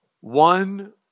One